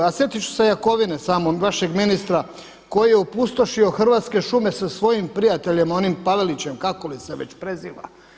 A sjetit ću se Jakovine samo vašeg ministra koji je opustošio hrvatske šume sa svojim prijateljem onim Pavelićem kako li se već preziva.